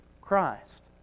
Christ